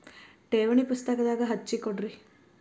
ಠೇವಣಿ ಪುಸ್ತಕದಾಗ ಹಚ್ಚಿ ಕೊಡ್ರಿ